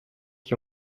qui